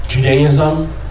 Judaism